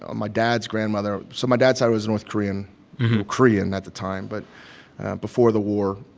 ah my dad's grandmother so my dad's side was north korean korean at the time, but before the war.